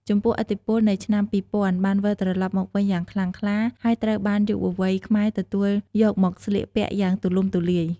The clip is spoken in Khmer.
ចំពោះ ឥទ្ធិពលនៃឆ្នាំ២០០០ បានវិលត្រលប់មកវិញយ៉ាងខ្លាំងក្លា ហើយត្រូវបានយុវវ័យខ្មែរទទួលយកមកស្លៀកពាក់យ៉ាងទូលំទូលាយ។